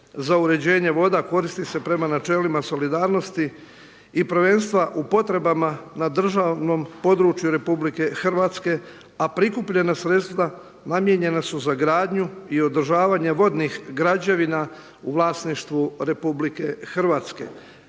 za uređenje voda koristi se prema načelima solidarnosti i prvenstva u potrebama na državnom području RH a prikupljena sredstva namijenjena su za gradnju i održavanje vodnih građevina u vlasništvu RH kojima